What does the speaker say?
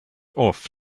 off